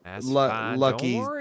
Lucky